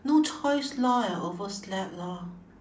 no choice lor I overslept lor